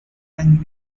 and